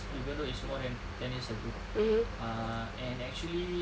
even though it's more than ten years ago ah and actually